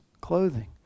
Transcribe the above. clothing